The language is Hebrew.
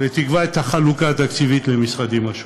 ותקבע את החלוקה התקציבית למשרדים.